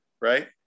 right